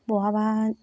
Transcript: बहाबा